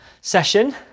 session